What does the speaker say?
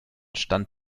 stand